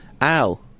Al